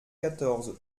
quatorze